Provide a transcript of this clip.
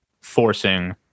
forcing